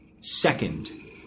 Second